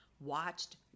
watched